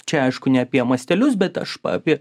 čia aišku ne apie mastelius bet aš pa apie